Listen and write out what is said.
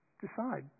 decide